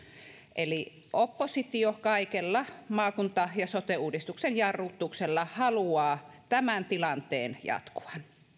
eli oppositio kaikella maakunta ja sote uudistuksen jarrutuksella haluaa tämän tilanteen jatkuvan